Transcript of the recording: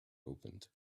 opened